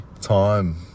time